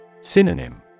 Synonym